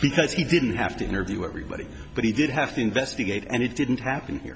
because he didn't have to interview everybody but he did have to investigate and it didn't happen here